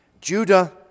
Judah